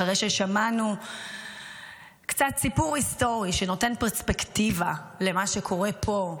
אחרי ששמענו קצת סיפור היסטורי שנותן פרספקטיבה למה שקורה פה,